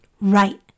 right